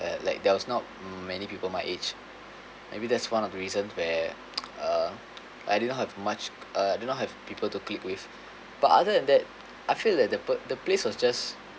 uh like there was not many people my age maybe that's one of the reasons where uh I didn't have much uh do not have people to click with but other than that I feel that the p~ the place was just